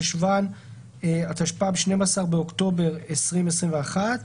בחשוון התשפ"ב (12 באוקטובר 2021)